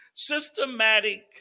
Systematic